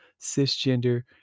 cisgender